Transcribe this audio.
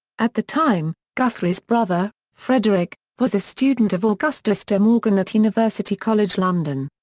at the time, guthrie's brother, frederick, was a student of augustus de morgan at university college london.